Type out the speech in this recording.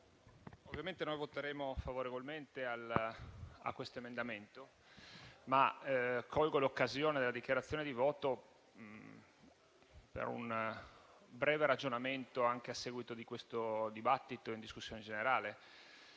ovviamente noi voteremo favorevolmente a questo emendamento, ma colgo l'occasione della dichiarazione di voto per un breve ragionamento, anche a seguito del dibattito in discussione generale.